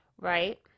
right